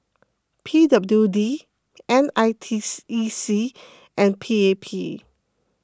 P W D N I T E C and P A P